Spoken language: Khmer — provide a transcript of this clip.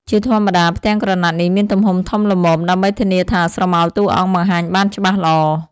ជាធម្មតា ផ្ទាំងក្រណាត់នេះមានទំហំធំល្មមដើម្បីធានាថាស្រមោលតួអង្គបង្ហាញបានច្បាស់ល្អ។